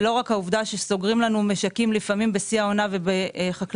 ולא העובדה שסוגרים לנו משקים לפעמים בשיא העונה ובחממות.